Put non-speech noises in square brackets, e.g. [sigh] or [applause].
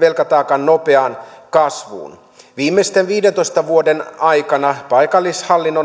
velkataakan nopeaan kasvuun viimeisten viidentoista vuoden aikana paikallishallinnon [unintelligible]